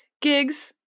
Gigs